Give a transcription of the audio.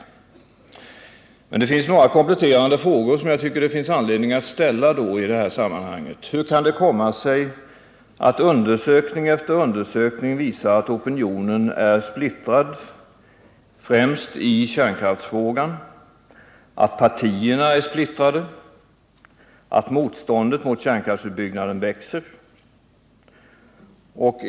Jag tycker det finns anledning att ställa några kompletterande frågor i det här sammanhanget: Hur kan det komma sig att undersökning efter undersökning visar att opinionen är splittrad främst i kärnkraftsfrågan, att partierna är splittrade och att motståndet mot en kärnkraftsutbyggnad växer?